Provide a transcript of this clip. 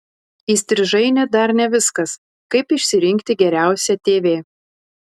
įstrižainė dar ne viskas kaip išsirinkti geriausią tv